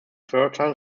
fertile